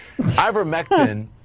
ivermectin